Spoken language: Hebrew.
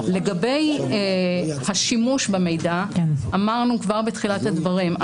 לגבי השימוש במידע, אמרנו כבר בתחילת הדברים.